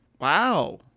Wow